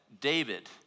David